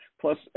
plus